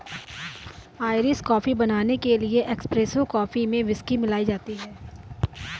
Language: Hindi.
आइरिश कॉफी बनाने के लिए एस्प्रेसो कॉफी में व्हिस्की मिलाई जाती है